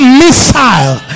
missile